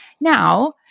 Now